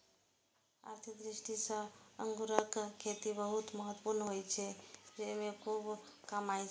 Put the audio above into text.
आर्थिक दृष्टि सं अंगूरक खेती बहुत महत्वपूर्ण होइ छै, जेइमे खूब कमाई छै